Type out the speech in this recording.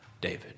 David